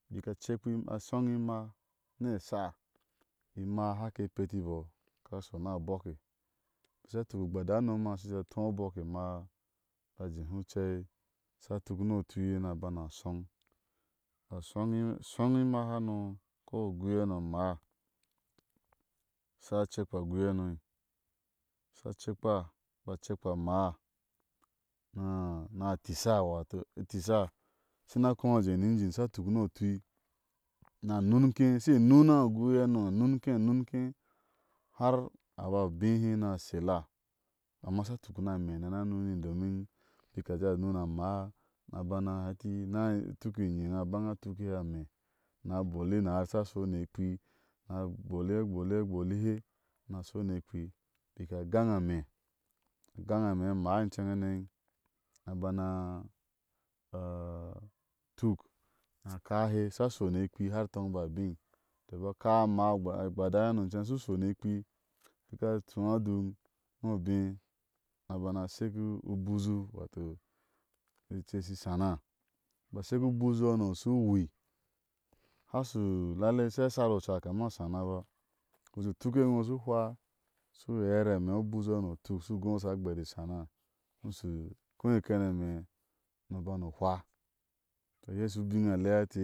Bik a cekpi a shɔŋ e ima, ni ɛsha, ima ahake peti bɔɔ, aka shɔ ni abɔɔke, a bik sha tuk ugbada unomha asha tóó a obɔɔke ima a jéeé he u cɛi a sha tuk ni otui ni a bana shiɔŋ a ba a shɔŋ e ina hano ko a agui hano a maa sha cekpa a agui hano, a sha cekpa bika cekpa amaa ni a tisha wata e tisha, a shina kóa jé ni ingin asha tuk ni otui ni a nunke, ashe nuna agui hano a nunke a nunke har a ba béhé nia shela, amma a sha tuk ni amɛ ni a na nuni domin bik a jéé a nun a maa asha tuk i nyiŋa ni a bana hee eti nia tuki nyiŋa a. baŋa tuk ihe amɛ ni a bolihe nasare iye asha shɔni ekpi, ni a bolihe bohihe, bolihe, ni a shɔni ekpi bika gaŋa amɛ agaŋa amɛ a maa iceŋ hane, ni a bans a tuk ni a kaa hɛ a sha shɔ ni ekpi har toŋ a ba bei. tɔ a ba kaa amaa ugbada hano u shu shɔni rekpi, a shúá a doon ni obeni a bana shek u buzu, wato, icei ishi shana. a bika shek ubuzu hano u shi u wui, hashu lallei asha shar oca kama ashana ba, biku jé u tuke iŋo u shu hwa, u shu uɛrɛ amɛ o ubuzu hano uituk tɔ ushu gó asha gberi shana ni shi u koí i kénemɛ ni u bani u hwa.